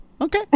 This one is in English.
Okay